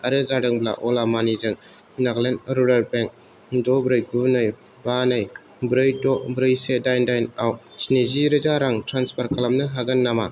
आरो जादोंब्ला अला मानिजों नागालेण्ड रुरेल बेंक द' ब्रै गु नै बा नै ब्रै द' ब्रै से दाइन दाइन आव स्निजि रोजा रां ट्रेन्सफार खालामनो हागोन नामा